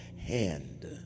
hand